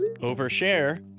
Overshare